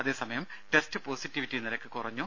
അതേസമയം test positivity നിരക്ക് കുറഞ്ഞു